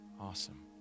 Awesome